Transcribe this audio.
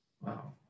wow